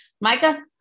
micah